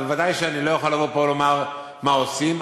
בוודאי שאני לא יכול לבוא פה לומר מה עושים.